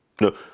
No